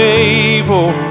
able